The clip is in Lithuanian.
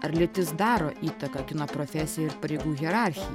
ar lytis daro įtaką kino profesijų ir pareigų hierarchija